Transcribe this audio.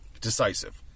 Decisive